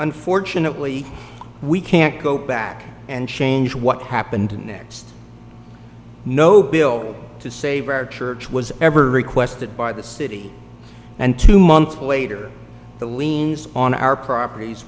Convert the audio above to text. unfortunately we can't go back and change what happened next no bill to save our church was ever requested by the city and two months later the liens on our propert